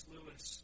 Lewis